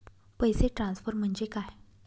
पैसे ट्रान्सफर म्हणजे काय?